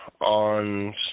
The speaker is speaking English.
on